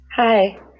Hi